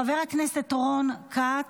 חבר הכנסת רון כץ,